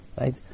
Right